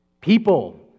people